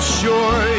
sure